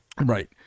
Right